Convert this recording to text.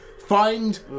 Find